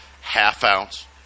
Half-ounce